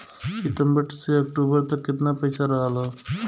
सितंबर से अक्टूबर तक कितना पैसा रहल ह?